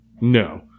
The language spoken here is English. No